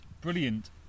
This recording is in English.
brilliant